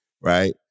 right